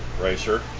racer